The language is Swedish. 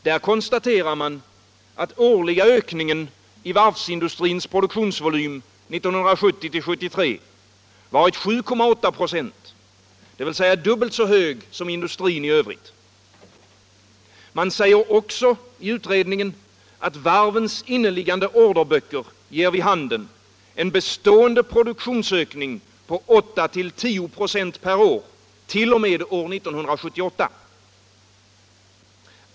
Där konstaterar man, att den årliga ökningen i varvsindustrins produktionsvolym 1970-1973 varit 7,8 26, dvs. dubbelt så hög som inom industrin i övrigt. Man säger också i utredningen att varvens inneliggande orderböcker ger vid handen en bestående produktionsökning på 8-10 96 per år t.o.m. år 1978.